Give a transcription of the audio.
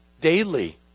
daily